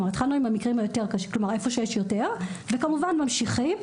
התחלנו איפה שיש יותר וכמובן ממשיכים.